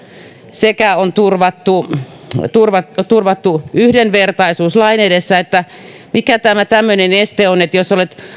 sekä on turvattu turvattu yhdenvertaisuus lain edessä niin mikä tämä tämmöinen este on että jos olet